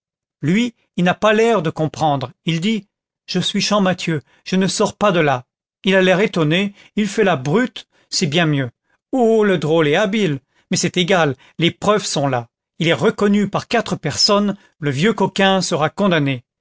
lui il n'a pas l'air de comprendre il dit je suis champmathieu je ne sors pas de là il a l'air étonné il fait la brute c'est bien mieux oh le drôle est habile mais c'est égal les preuves sont là il est reconnu par quatre personnes le vieux coquin sera condamné